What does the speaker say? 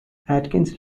atkins